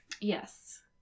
Yes